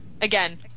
again